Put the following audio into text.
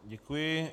Děkuji.